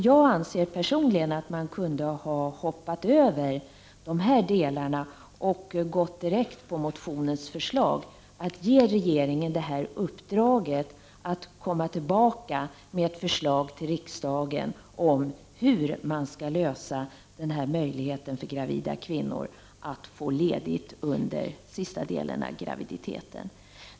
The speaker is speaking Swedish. Jag anser personligen att man kunde ha hoppat över dessa delar och gått direkt på motionens förslag att ge regeringen uppdraget att komma tillbaka med ett förslag till riksdagen om hur man skall lösa problemet för gravida kvinnor att få ledigt under den sista delen av graviditeten.